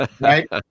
Right